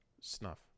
snuff